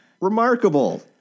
remarkable